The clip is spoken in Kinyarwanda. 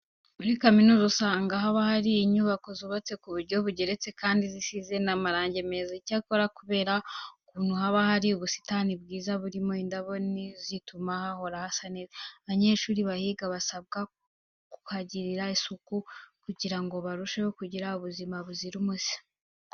Muri kaminuza usanga haba hari inyubako zubatse ku buryo bugeretse kandi zisize n'amarange meza cyane. Icyakora kubera ukuntu haba hari ubusitani bwiza burimo n'indabo zituma hahora hasa neza, abanyeshuri bahiga basabwa kuhagirira isuku kugira barusheho kugira ubuzima buzira umuze.